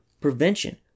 prevention